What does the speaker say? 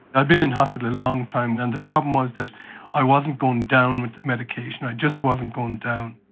i'd been in hospital a long time, and the problem was that i wasn't going down with the medication, i just wasn't going down.